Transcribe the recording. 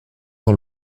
dans